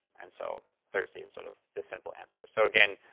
and so thirsty is sort of the simple answer. so again,